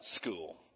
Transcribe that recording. school